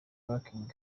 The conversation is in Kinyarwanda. banking